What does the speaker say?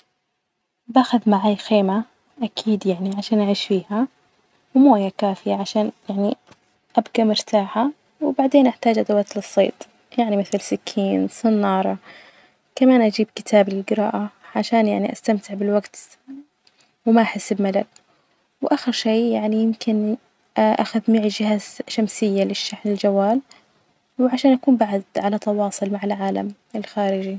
باخذ معي خيمة أكيد يعني عشان أعيش فيها، ومية كافية عشان يعني أبجي مرتاحة، وبعدين أحتاج أدوات للصيد يعني مثل سكين، صنارة، كمان أجيب كتاب للجراءة عشان يعني أستمتع بالوجت وما أحس بملل وآخر الشئ يعني يمكن آخذ معي جهاز شمسية للشحن الجوال وعشان أكون بعد علي تواصل مع العالم الخارجي.